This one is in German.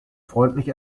freundlich